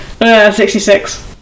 66